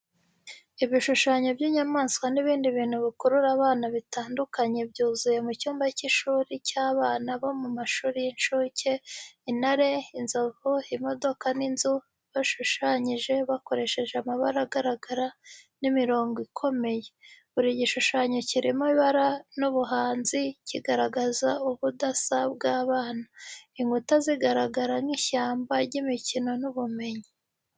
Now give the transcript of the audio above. Ibishushanyo by’inyamaswa n'ibindi bintu bikurura abana bitandukanye byuzuye mu cyumba cy’ishuri cy’abana bo mu mashuri y’incuke, intare, inzovu, imodoka n’inzu bashushanyije bakoresheje amabara agaragara n’imirongo ikomeye. Buri gishushanyo kirimo ibara n’ubuhanzi, kigaragaza ubudasa bw’abana. Inkuta zigaragara nk’ishyamba ry’imikino n’ubumenyi.